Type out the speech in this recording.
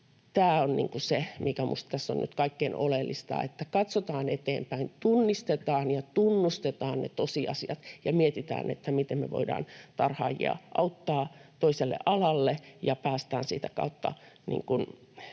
Tämä on se, mikä minusta tässä on nyt kaikkein oleellisinta: katsotaan eteenpäin, tunnistetaan ja tunnustetaan ne tosiasiat ja mietitään, miten me voidaan tarhaajia auttaa toiselle alalle, ja päästään sitä kautta